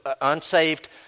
unsaved